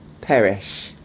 perish